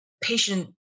patient